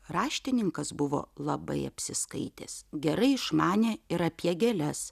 raštininkas buvo labai apsiskaitęs gerai išmanė ir apie gėles